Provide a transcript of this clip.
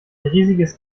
riesiges